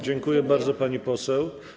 Dziękuję bardzo, pani poseł.